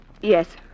Yes